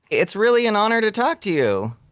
it's really an honor to talk to you.